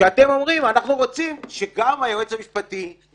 אתם אומרים: אנחנו רוצים שגם היועץ המשפטי,